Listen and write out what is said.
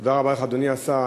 תודה רבה לך, אדוני השר.